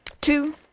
two